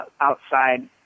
outside